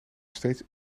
steeds